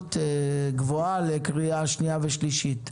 בשלות גבוהה לקריאה שנייה ושלישית,